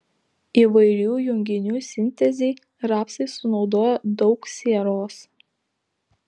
įvairių junginių sintezei rapsai sunaudoja daug sieros